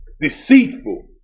Deceitful